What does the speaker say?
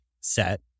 set